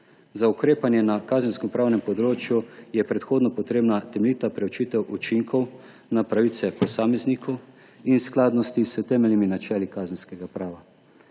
Za ukrepanje na kazenskopravnem področju je predhodno potrebna temeljita preučitev učinkov na pravice posameznikov in skladnosti s temeljnimi načeli kazenskega prava.